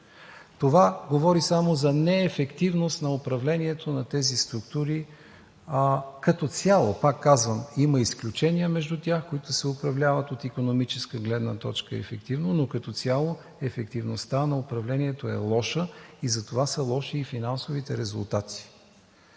Това говори само за неефективност на управлението на тези структури като цяло. Пак казвам – има изключения между тях, които се управляват от икономическа гледна точка ефективно, но като цяло ефективността на управлението е лоша. Затова са лоши и финансовите резултати.